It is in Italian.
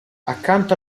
accanto